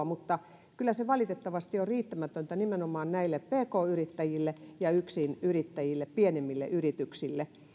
mutta kyllä se valitettavasti on riittämätöntä nimenomaan pk yrittäjille ja yksinyrittäjille pienimmille yrityksille